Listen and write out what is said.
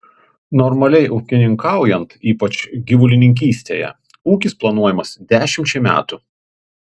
normaliai ūkininkaujant ypač gyvulininkystėje ūkis planuojamas dešimčiai metų